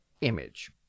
image